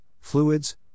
fluids